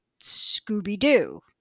scooby-doo